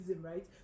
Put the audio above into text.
right